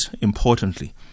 importantly